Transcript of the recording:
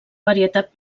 varietat